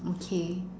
okay